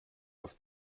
auf